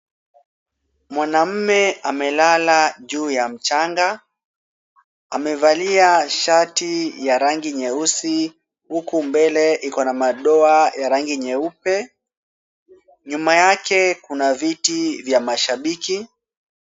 Mwanamme amelala juu ya mchanga, amevalia shati ya rangi nyeusi, huku mbele iko na madoa ya rangi nyeupe, nyuma yake kuna viti vya mashabiki.